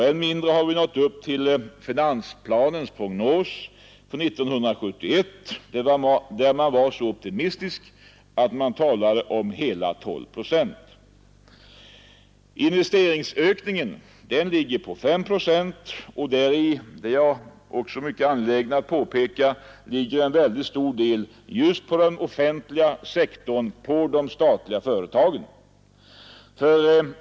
Än mindre har vi nått upp till finansplanens prognos för 1971, där man var så optimistisk att man talade om hela 12 procent. Investeringsökningen ligger på 5 procent, och däri ligger — det är jag mycket angelägen om att påpeka — en stor del just på den offentliga sektorn, på de statliga företagen.